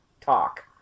talk